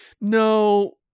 No